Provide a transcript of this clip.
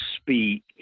speak